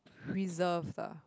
reserves ah